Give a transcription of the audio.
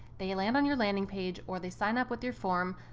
they land on your landing page, or they sign up with your form,